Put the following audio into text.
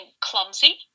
clumsy